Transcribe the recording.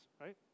right